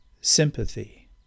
sympathy